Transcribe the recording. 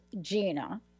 Gina